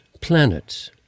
planets